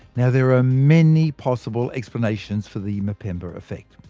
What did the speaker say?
now, there are ah many possible explanations for the mpemba effect.